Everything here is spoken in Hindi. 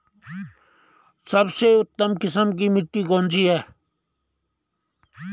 सबसे उत्तम किस्म की मिट्टी कौन सी है?